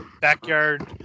backyard